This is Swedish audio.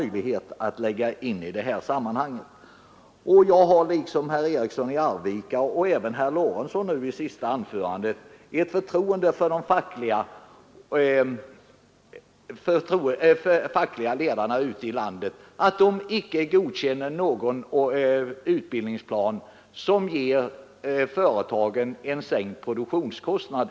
Jag hyser liksom herr Eriksson i Arvika — och även herr Lorentzon i hans senaste anförande — förtroende för att de fackliga ledarna ute i landet inte godkänner någon utbildningsplan som ger företagen en sänkt produktionskostnad.